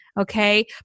okay